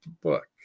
book